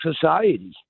society